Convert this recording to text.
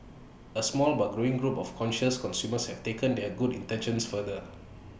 A small but growing group of conscientious consumers have taken their good intentions further